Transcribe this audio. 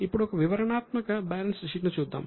ఇప్పుడు ఒక వివరణాత్మక బ్యాలెన్స్ షీట్ ను చూద్దాం